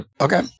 Okay